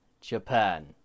Japan